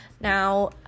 Now